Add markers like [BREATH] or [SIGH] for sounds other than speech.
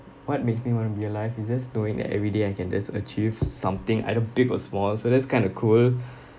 what makes me want to be alive it's just knowing that everyday I can just achieve something either big or small so that's kind of cool [BREATH]